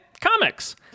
comics